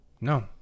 No